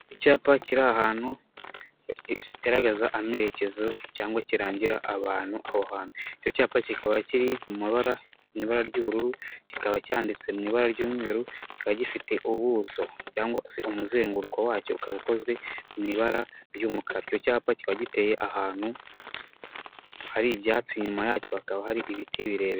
Icyapa kiri ahantu kigaragaza amerekezo cyangwa kirangira abantu aho hantu, icyo cyapa kikaba kiri mu mabara ibara ry'ubururu kikaba cyanditsew ibara ry'umweru kiba gifite ubuso cyangwa se umuzenguruko wacyo ukaba ukozwe mu ibara ry'umukara, icyo cyapa kikaba giteye ahantu hari ibyatsi inyuma yacyo hakaba hari ibiti birebire.